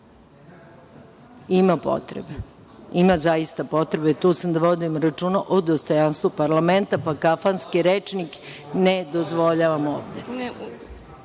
potrebe. Ima zaista potrebe, tu sam da vodim računa o dostojanstvu parlamenta, pa kafanski rečnik ne dozvoljavam